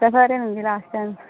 ఒక్కసారే అండి last time